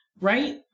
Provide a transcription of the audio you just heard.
right